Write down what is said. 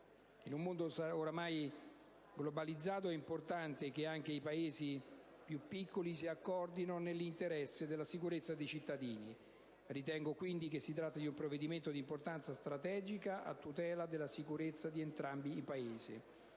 In un mondo ormai globalizzato è importante che anche i Paesi più piccoli si accordino nell'interesse della sicurezza dei cittadini. Ritengo quindi che si tratti di un provvedimento di importanza strategica a tutela della sicurezza di entrambi i Paesi.